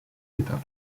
étapes